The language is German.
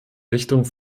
richtung